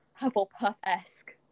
Hufflepuff-esque